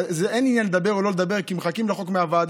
אין עניין לדבר או לא לדבר כי בוועדה מחכים לחוק שיעבור,